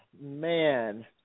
man